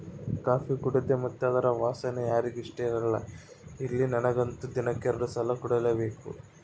coffee ಕುಡೇದು ಮತ್ತೆ ಅದರ ವಾಸನೆ ಯಾರಿಗೆ ಇಷ್ಟಇರಲ್ಲ ಹೇಳಿ ನನಗಂತೂ ದಿನಕ್ಕ ಎರಡು ಸಲ ಕುಡಿಲೇಬೇಕು